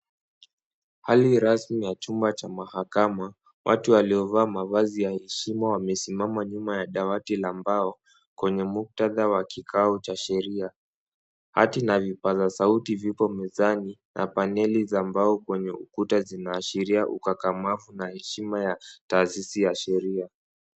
Hali rasmi ya chumba cha mahakama, watu waliovaa mavazi ya heshima wamesimama nyuma ya dawati la mbao, kwenye mkutadha wa kikao cha sheria. Hati na vipaza sauti viko mezani na paneli za mbao kwenye ukuta zinaashiria ukakamavu na heshima ya taashishi ya sheria